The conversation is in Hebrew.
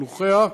שלוחיה,